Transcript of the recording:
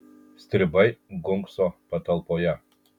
stribai gunkso patalpoje